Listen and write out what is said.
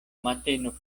mateno